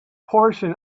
portion